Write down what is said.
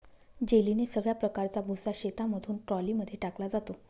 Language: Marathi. जेलीने सगळ्या प्रकारचा भुसा शेतामधून ट्रॉली मध्ये टाकला जातो